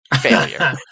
Failure